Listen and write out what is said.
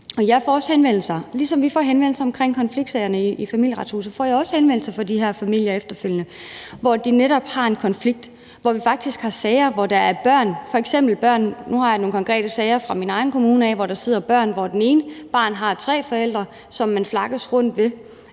ligesom vi får henvendelser omkring konfliktsagerne i Familieretshuset, får jeg også henvendelser fra de her familier efterfølgende, hvor de netop har en konflikt, og hvor vi faktisk har sager, hvor der er børn involveret. Nu har jeg nogle konkrete sager fra min egen kommune, hvor der sidder børn i én familie, og hvor det ene barn har tre forældre, som barnet flakker rundt